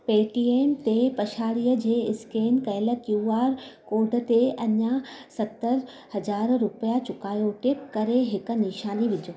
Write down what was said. Paytm ते पछाड़ीअ जे स्केन कयल क्यू आर कोड ते अञा सतर हज़ार रुपिया चुकायो टिक करे हिकु निशानी विझो